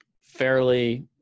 fairly